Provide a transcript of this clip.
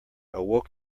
awoke